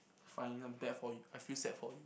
fine I'm for you I feel sad for you